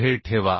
पुढे ठेवा